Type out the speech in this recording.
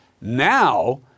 Now